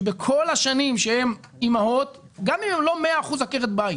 שבכל השנים שהן אימהות גם אם הן לא מאה אחוז עקרות בית